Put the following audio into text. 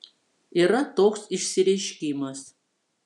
yra toks išsireiškimas